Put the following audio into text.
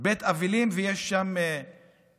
בית האבלים ויש שם פצועים.